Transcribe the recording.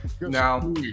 Now